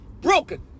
broken